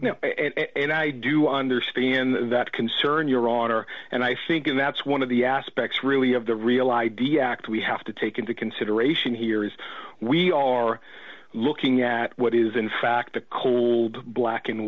know now and i do understand that concern your honor and i think that's one of the aspects really of the real id act we have to take into consideration here is we are looking at what is in fact a cold black and